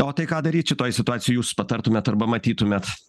o tai ką daryt šitoj situacijoj jūs patartumėt arba matytumėt